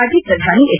ಮಾಜಿ ಪ್ರಧಾನಿ ಎಚ್